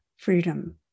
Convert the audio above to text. freedom